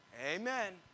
Amen